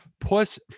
plus